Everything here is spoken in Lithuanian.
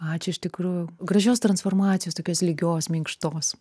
ačiū iš tikrųjų gražios transformacijos tokios lygios minkštos